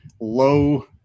low